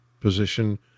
position